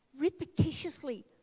repetitiously